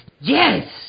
Yes